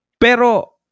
Pero